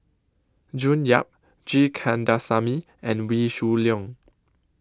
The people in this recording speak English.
June Yap G Kandasamy and Wee Shoo Leong